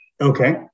Okay